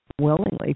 willingly